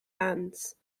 fans